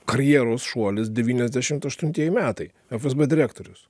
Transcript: karjeros šuolis devyniasdešimt aštuntieji metai fsb direktorius